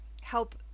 help